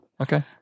Okay